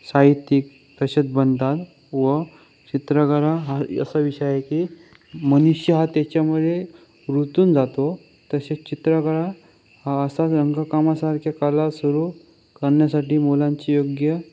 साहित्यिक तसेच बनतात व चित्रकला हा असा विषय आहे की मनुष्य हा त्याच्यामुळे रुतून जातो तसेच चित्रकला हा असा रंगकामासारख्या कला सुरु करण्यासाठी मुलांची योग्य